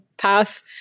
path